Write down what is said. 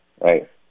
right